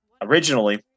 originally